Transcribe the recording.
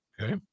Okay